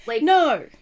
No